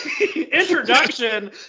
introduction